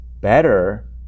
better